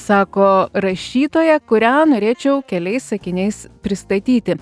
sako rašytoja kurią norėčiau keliais sakiniais pristatyti